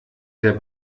der